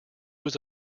was